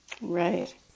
Right